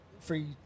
free